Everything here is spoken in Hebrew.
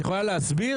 את יכולה להסביר?